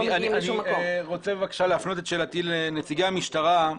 אני רוצה בבקשה להפנות את שאלתי לנציגי המשטרה.